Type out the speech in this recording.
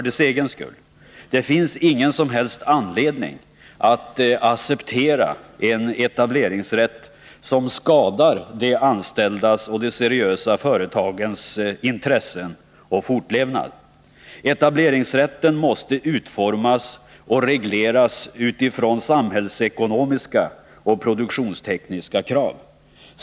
Det finns ingen som helst anledning att acceptera en etableringsrätt som skadar de anställdas och de seriösa företagens intressen och fortlevnad. Etableringsrätten måste utformas och regleras utifrån samhällsekonomiska och produktionstekniska krav.